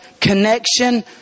connection